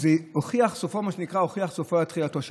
מה שנקרא: הוכיח סופו על תחילתו.